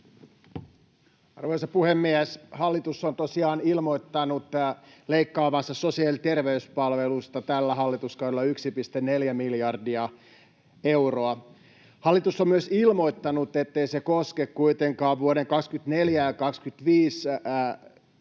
Arvoisa puhemies! Hallitus on tosiaan ilmoittanut leikkaavansa sosiaali‑ ja terveyspalveluista tällä hallituskaudella 1,4 miljardia euroa. Hallitus on myös ilmoittanut, ettei se koske kuitenkaan vuoden 24 ja 25